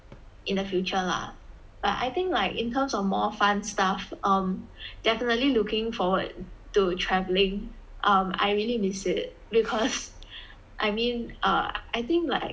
in the future lah but I think like in terms of more fun stuff um definitely looking forward to travelling um I really miss it because I mean ah I think like